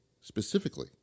specifically